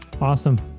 Awesome